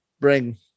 bring